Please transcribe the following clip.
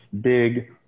big